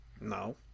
No